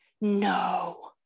no